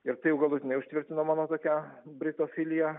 ir tai jau galutinai užtvirtino mano kokią britofiliją